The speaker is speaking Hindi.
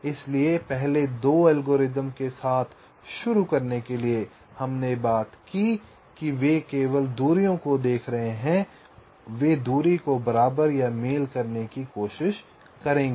इसलिए पहले 2 एल्गोरिदम के साथ शुरू करने के लिए हमने बात की कि वे केवल दूरियों को देख रहे हैं वे दूरी को बराबर या मेल करने की कोशिश करेंगे